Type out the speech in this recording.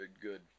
good